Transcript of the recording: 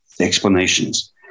explanations